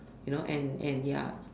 you know and and ya